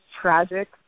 tragic